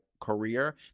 career